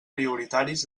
prioritaris